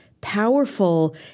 powerful